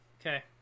Okay